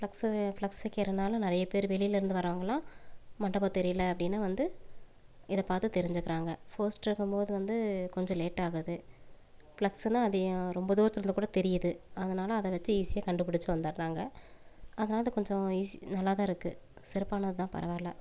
flux flex வைக்கிறதுனால் நிறைய பேர் வெளிலிருந்து வரவங்கல்லாம் மண்டபம் தெரியலை அப்படினு வந்து இதை பார்த்து தெரிஞ்சுக்கிறாங்க போஸ்டரிக்கும்போது வந்து கொஞ்சம் லேட்டாகுது ஃபிளக்ஸ்னால் அது ரொம்ப தூரத்திலிருந்து தெரியுது அதனால் அதை வச்சு ஈஸியாக கண்டு பிடிச்சி வந்துடுறாங்க அதாவது கொஞ்சம் ஈஸி நல்லாதான் இருக்குது சிறப்பானதுதான் பரவாயில்லை